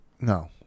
No